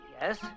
yes